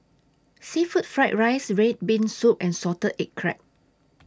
Seafood Fried Rice Red Bean Soup and Salted Egg Crab